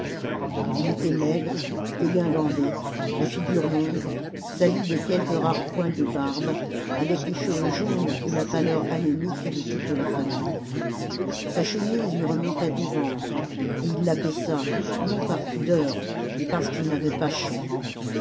il était maigre dégingandé la figure longue salie de quelques rares poils de barbe avec les cheveux jaunes et la pâleur anémique de toute la famille sa chemise lui remontait au ventre et il la baissa non par pudeur mais parce qu'il n'avait pas chaud